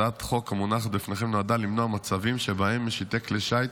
הצעת החוק המונחת בפניכם נועדה למנוע מצבים שבהם משיטי כלי שיט